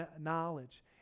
knowledge